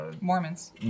Mormons